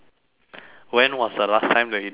when was the last time where you did planks